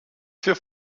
für